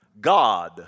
God